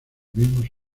mismos